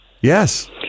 Yes